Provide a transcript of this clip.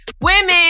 women